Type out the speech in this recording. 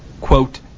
Quote